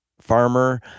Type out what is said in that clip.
farmer